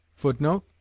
footnote